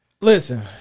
Listen